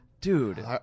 dude